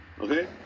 Okay